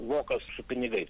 vokas su pinigais